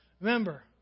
Remember